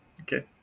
Okay